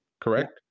correct